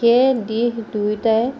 সেই দিশ দুয়োটাই